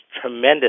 tremendous